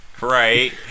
Right